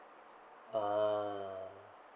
ah